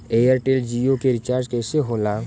Airtel Jio के recharge कैसे होला?